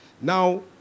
Now